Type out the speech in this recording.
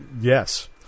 Yes